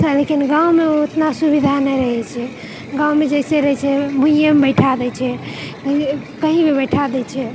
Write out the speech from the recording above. से देखहिन गाँवमे उतना सुविधा नहि रहै छै गाँवमे जइसे रहै छै भुइँएमे बैठा दै छै कहीँ भी बैठा दै छै